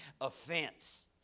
offense